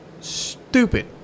stupid